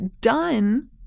done